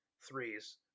threes